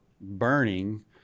burning